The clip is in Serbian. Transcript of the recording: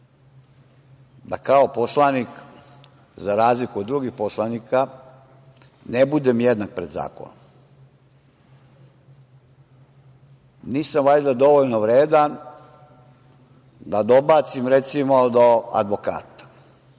da kao poslanik za razliku od drugih poslanika ne budem jednak pred zakonom. Nisam valjda dovoljno vredan da dobacim, recimo, do advokata,